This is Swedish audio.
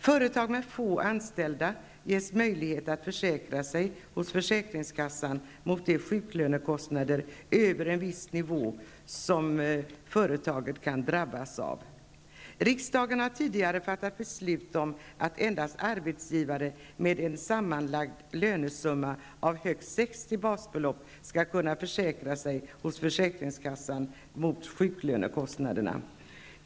Företag med få anställda ges möjlighet att försäkra sig hos försäkringskassan mot de sjuklönekostnader över en viss nivå som företaget kan drabbas av.'' Riksdagen har tidigare fattat beslut om att endast arbetsgivare med en sammalagd lönesumma på högst 60 basbelopp skall kunna försäkra sig hos försäkringskassan mot sjuklönekostnaderna.